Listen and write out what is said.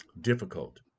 difficult